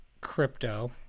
crypto